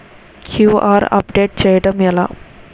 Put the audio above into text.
QR update చేయడం ఎలా?